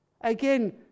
again